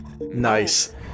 Nice